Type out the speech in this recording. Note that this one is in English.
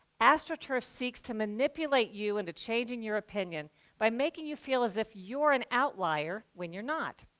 astroturf seeks to manipulate you into changing your opinion by making you feel as if you're an outlier when you're not.